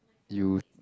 you